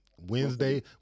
Wednesday